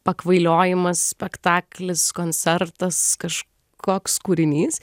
pakvailiojimas spektaklis koncertas kažkoks kūrinys